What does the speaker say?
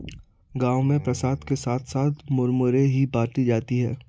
गांव में प्रसाद के साथ साथ मुरमुरे ही बाटी जाती है